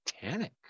Titanic